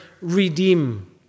redeem